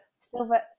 silver